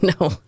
No